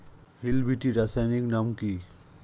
Hill বিটি রাসায়নিক নাম কি?